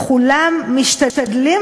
בחוק-יסוד,